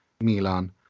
Milan